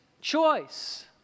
choice